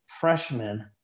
freshmen